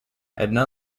edna